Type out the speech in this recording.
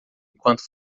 enquanto